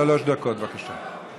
שלוש דקות, בבקשה.